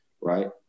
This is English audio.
right